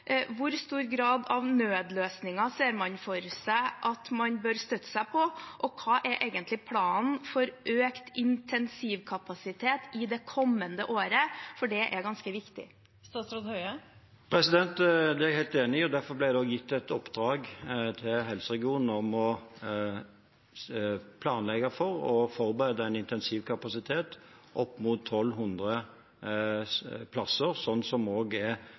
Hvor stor grad av nødløsninger ser man for seg at man bør støtte seg på, og hva er egentlig planen for økt intensivkapasitet i det kommende året? Det er ganske viktig. Det er jeg helt enig i, og derfor ble det også gitt et oppdrag til helseregionene om å planlegge for å forberede en intensivkapasitet på opp mot 1 200 plasser, som også er